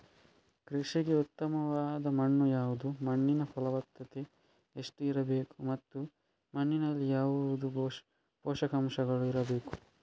ಕೃಷಿಗೆ ಉತ್ತಮವಾದ ಮಣ್ಣು ಯಾವುದು, ಮಣ್ಣಿನ ಫಲವತ್ತತೆ ಎಷ್ಟು ಇರಬೇಕು ಮತ್ತು ಮಣ್ಣಿನಲ್ಲಿ ಯಾವುದು ಪೋಷಕಾಂಶಗಳು ಇರಬೇಕು?